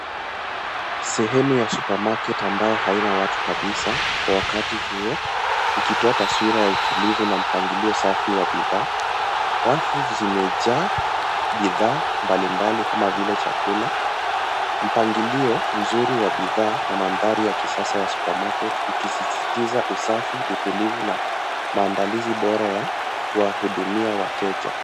Sehemu ya supermarket ambayo haina watu kabisa kwa wakati huo ikitoa taswira ya utulivu na mpangilio safi wa bidhaa. Rafu zimejaa bidhaa mbalimbali kama vile chakula. Mpangilio mzuri wa bidhaa na mandhari ya kisasa ya supermarket ikisisitiza usafi, utulivu na maandalizi bora ya kuwahudumia wateja.